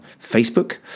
Facebook